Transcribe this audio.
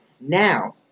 Now